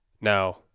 Now